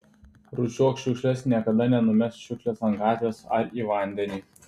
rūšiuok šiukšles niekada nenumesk šiukšlės ant gatvės ar į vandenį